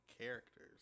characters